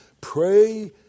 pray